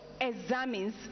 examines